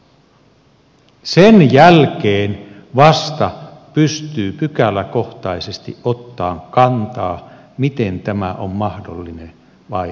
sen jälkeen vasta pystyy pykäläkohtaisesti ottamaan kantaa siihen miten tämä on mahdollinen ja onko vai ei